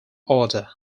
order